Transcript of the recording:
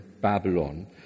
Babylon